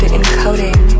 Encoding